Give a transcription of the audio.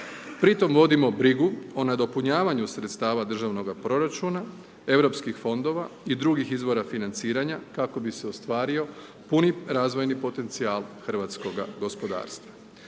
Pri tom vodimo brigu o nadopunjavanju sredstava državnog proračuna, europskih fondova i drugih izvora financiranja kako bi se ostvario puni razvojni potencijal hrvatskoga gospodarstva.